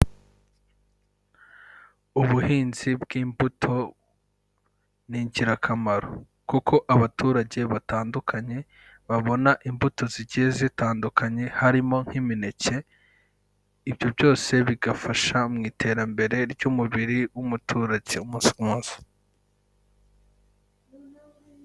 Ubuhinzi bw'imbuto ni ingirakamaro kuko abaturage batandukanye babona imbuto zigiye zitandukanye harimo nk'imineke, ibyo byose bigafasha mu iterambere ry'umubiri w'umuturage umunsi ku munsi.